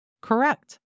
Correct